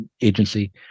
agency